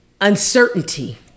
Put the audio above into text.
uncertainty